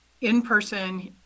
in-person